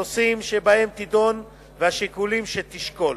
הנושאים שבהם תדון והשיקולים שתשקול,